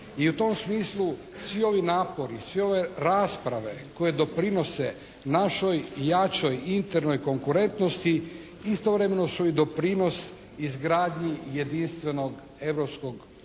I u tom smislu svi ovi napori, sve ove rasprave koje doprinose našoj jačoj internoj konkurentnosti istovremeno su i doprinos izgradnji jedinstvenog